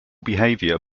behavior